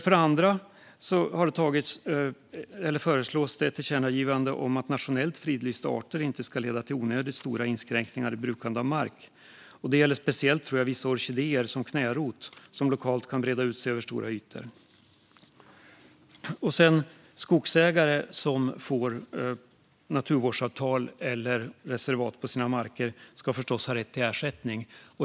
För det andra föreslås ett tillkännagivande om att nationellt fridlysta arter inte ska leda till onödigt stora inskränkningar i brukande av mark. Det gäller särskilt vissa orkidéer, som knärot, som lokalt kan breda ut sig över stora ytor. För det tredje ska skogsägare som får naturvårdsavtal eller reservat på sina marker förstås ha rätt till ersättning.